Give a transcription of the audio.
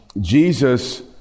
Jesus